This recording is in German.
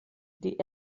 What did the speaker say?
die